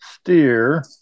steer